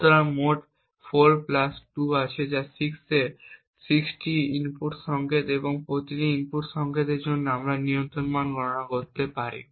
সুতরাং মোট 4 প্লাস 2 আছে যা 6টি ইনপুট সংকেত এবং এই প্রতিটি ইনপুট সংকেতের জন্য আমরা নিয়ন্ত্রণ মান গণনা করতে পারি